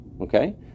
Okay